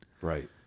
Right